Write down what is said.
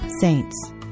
saints